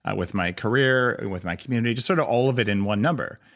ah with my career, with my community, just sort of all of it in one number.